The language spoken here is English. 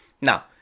Now